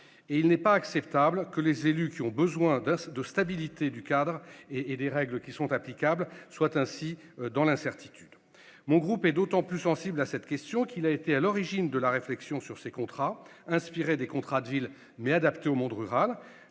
n'est pas acceptable, car les élus ont besoin d'une stabilité du cadre et des règles qui leur sont applicables. Mon groupe est d'autant plus sensible à cette question qu'il a été à l'origine de la réflexion sur ces contrats, inspirés des contrats de ville, mais adaptés au monde rural.